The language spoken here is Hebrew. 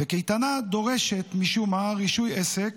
וקייטנה דורשת, משום מה, רישוי עסק.